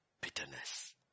Bitterness